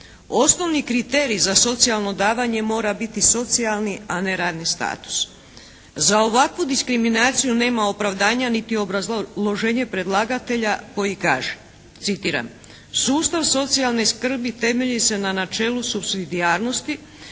Osnovni kriterij za socijalno davanje mora biti socijalni a ne radni status. Za ovakvu diskriminaciju nema opravdanja niti obrazloženje predlagatelja koji kaže: "Sustav socijalne skrbi temelji se na načelu supsidijarnosti